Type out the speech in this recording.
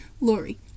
Lori